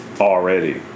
already